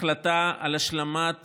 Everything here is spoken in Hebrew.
החלטה על השלמת